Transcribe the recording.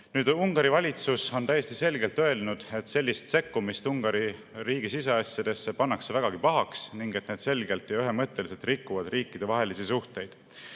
Ungari valitsus on täiesti selgelt öelnud, et sellist sekkumist Ungari riigi siseasjadesse pannakse vägagi pahaks ning et need selgelt ja ühemõtteliselt rikuvad riikidevahelisi suhteid.